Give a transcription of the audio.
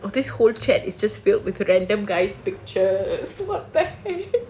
!wah! this whole chat is just filled with random guys pictures what the heck